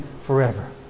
forever